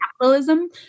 capitalism